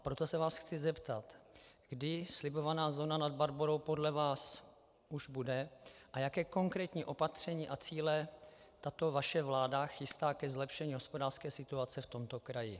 Proto se vás chci zeptat, kdy slibovaná zóna Nad Barborou podle vás už bude, a jaká konkrétní opatření a cíle tato vaše vláda chystá ke zlepšení hospodářské situace v tomto kraji.